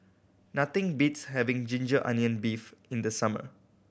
nothing beats having ginger onion beef in the summer